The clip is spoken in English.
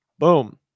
boom